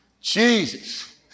Jesus